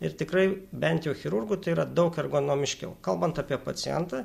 ir tikrai bent jau chirurgui tai yra daug ergonomiškiau kalbant apie pacientą